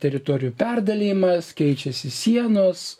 tada teritorijų perdalijimas keičiasi sienos